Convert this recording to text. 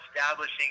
establishing